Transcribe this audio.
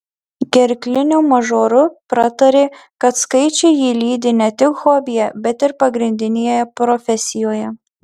gerkliniu mažoru pratarė kad skaičiai jį lydi ne tik hobyje bet ir pagrindinėje profesijoje